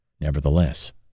Nevertheless